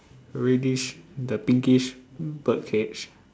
reddish the pinkish bird cage